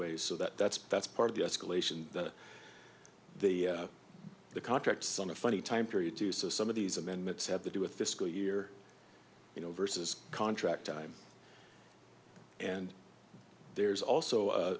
ways so that that's that's part of the escalation that the the contracts on a funny time period do so some of these amendments have to do with the school year you know versus contract time and there's also a